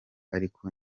ariko